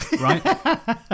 right